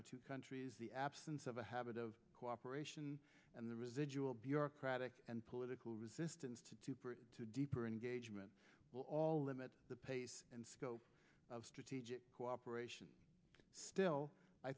our two countries the absence of a habit of cooperation and the residual bureaucratic and political resistance to to bring to deeper engagement will all limit the pace and scope of strategic cooperation still i